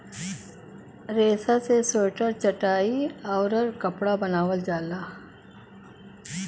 रेसा से स्वेटर चटाई आउउर कपड़ा बनावल जाला